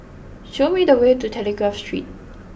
show me the way to Telegraph Street